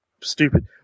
stupid